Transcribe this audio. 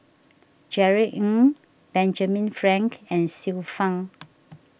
Jerry Ng Benjamin Frank and Xiu Fang